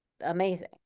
amazing